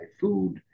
food